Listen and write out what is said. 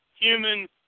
human